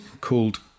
called